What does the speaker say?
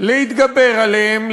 להתגבר עליהם,